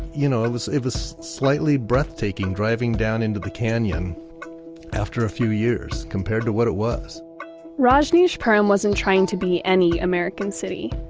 you know, it was it was slightly breathtaking driving down into the canyon after a few years compared to what it was rajneeshpuram wasn't trying to be any american city.